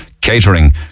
catering